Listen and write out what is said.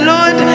Lord